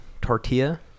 tortilla